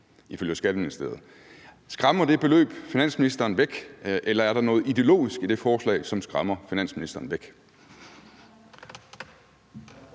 ifølge Skatteministeriet – skræmmer finansministeren væk, eller om der er noget ideologisk i det forslag, som skræmmer finansministeren væk.